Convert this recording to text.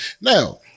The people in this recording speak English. Now